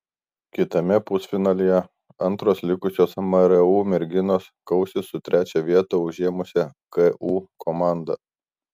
kitame pusfinalyje antros likusios mru merginos kausis su trečią vietą užėmusią ku komanda